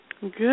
Good